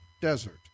desert